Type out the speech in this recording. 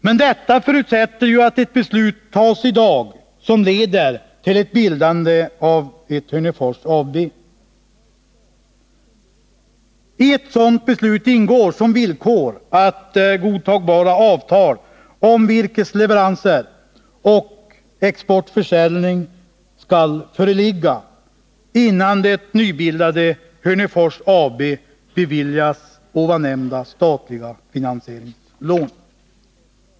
Men detta förutsätter att ett beslut fattas i dag som leder till bildandet av ett Hörnefors AB. I ett sådant beslut ingår som villkor att godtagbara avtal om virkesleveranser och exportförsäljning skall föreligga, innan det nybildade Hörnefors AB beviljas nämnda statliga finansieringslån.